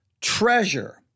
treasure